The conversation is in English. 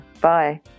Bye